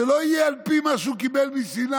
שלא יהיה על פי מה שהוא קיבל מסיני?